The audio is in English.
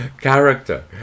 character